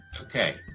Okay